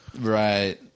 right